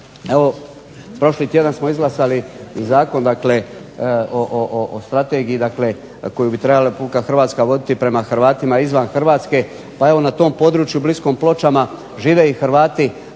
Evo prošli tjedan smo izglasali i zakon dakle o strategiji koju bi trebala Republika Hrvatska voditi prema Hrvatima izvan Hrvatske pa evo na tom području bliskom Pločama žive i Hrvati,